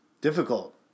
difficult